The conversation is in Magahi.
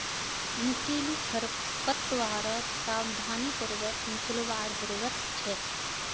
नुकीले खरपतवारक सावधानी पूर्वक निकलवार जरूरत छेक